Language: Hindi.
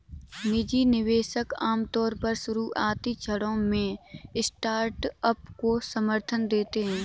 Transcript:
निजी निवेशक आमतौर पर शुरुआती क्षणों में स्टार्टअप को समर्थन देते हैं